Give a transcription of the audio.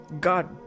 God